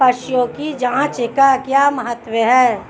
पशुओं की जांच का क्या महत्व है?